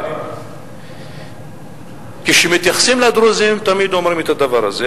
אבל כשמתייחסים לדרוזים תמיד אומרים את הדבר הזה.